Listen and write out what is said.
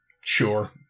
Sure